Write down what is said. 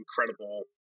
incredible